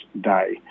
Day